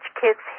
kids